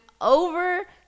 over